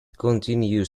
continues